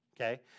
okay